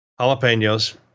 jalapenos